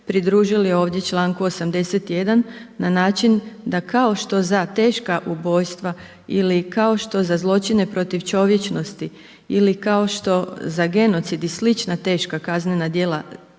pridružili ovdje članku 81. na način da kao što za teška ubojstva ili kao što sa zločine protiv čovječnosti ili kao što za genocid i sl. teška kaznena djela